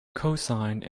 cosine